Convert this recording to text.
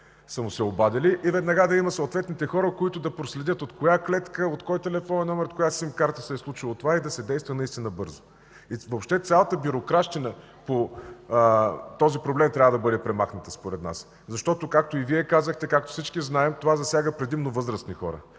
са му се обадили, и да има съответните хора, които веднага да проследят от коя клетка, от кой телефонен номер, от коя симкарта се е случило това и да се действа наистина бързо? Въобще цялата бюрократщина по този проблем трябва да бъде премахната според нас, защото, както и Вие казахте, както всички знаем, това засяга предимно възрастни хора.